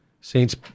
Saints